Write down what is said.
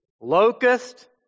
Locust